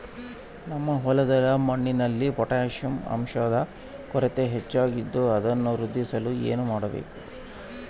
ನಮ್ಮ ಹೊಲದ ಮಣ್ಣಿನಲ್ಲಿ ಪೊಟ್ಯಾಷ್ ಅಂಶದ ಕೊರತೆ ಹೆಚ್ಚಾಗಿದ್ದು ಅದನ್ನು ವೃದ್ಧಿಸಲು ಏನು ಮಾಡಬೇಕು?